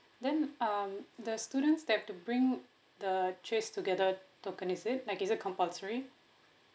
then um the students they have to bring the trace together token is it like is it compulsory